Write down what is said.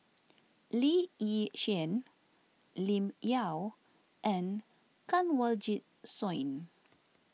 Lee Yi Shyan Lim Yau and Kanwaljit Soin